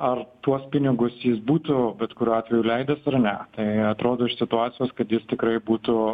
ar tuos pinigus jis būtų bet kuriuo atveju leidęs ar ne atrodo iš situacijos kad jis tikrai būtų